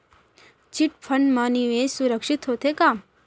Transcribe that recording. Chit fund मा निवेश सुरक्षित होथे का?